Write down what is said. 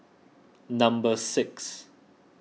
number six